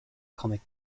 comic